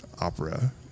opera